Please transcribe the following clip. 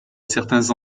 certains